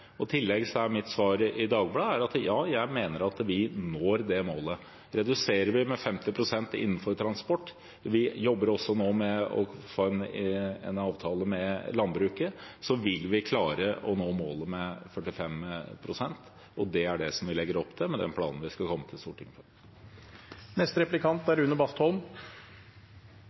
I tillegg er mitt svar i Dagbladet at ja, jeg mener vi når det målet. Reduserer vi med 50 pst. innenfor transport – og vi jobber også nå med å få en avtale med landbruket – vil vi klare å nå målet om 45 pst. Det er det vi legger opp til med den planen vi skal komme til Stortinget med. Jeg er